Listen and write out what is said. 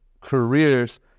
careers